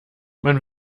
man